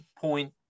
point